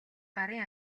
гарын